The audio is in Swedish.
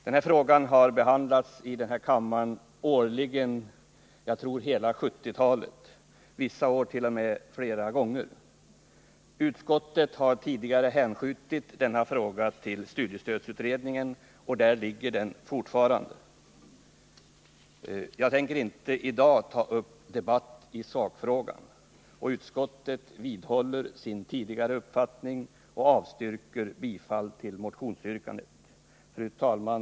Den här frågan har behandlats här i kammaren årligen under, tror jag, hela 1970-talet, vissa år t.o.m. flera gånger. Utskottet har tidigare hänskjutit denna fråga till studiestödsutredningen, och där ligger den fortfarande. Jag tänker inte i dag ta upp någon debatt i sakfrågan. Utskottet vidhåller sin tidigare uppfattning och avstyrker bifall till motionsyrkandet. Fru talman!